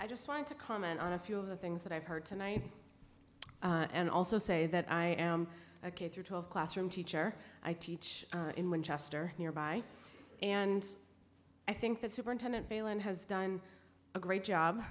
i just want to comment on a few of the things that i've heard tonight and also say that i am a k through twelve classroom teacher i teach in winchester nearby and i think that superintendent failon has done a great job